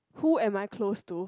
who am I close to